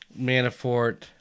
Manafort